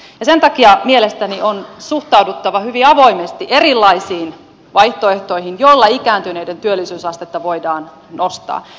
sen takia mielestäni on suhtauduttava hyvin avoimesti erilaisiin vaihtoehtoihin joilla ikääntyneiden työllisyysastetta voidaan nostaa